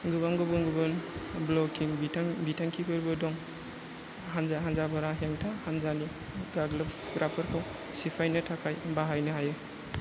गोबां गुबुन गुबुन ब्लकिं बिथां बिथांखिफोरबो दं हानजा हानजाफोरा हेंथा हानजानि गाग्लोबग्राफोरखौ सिफायनो थाखाय बाहायनो हायो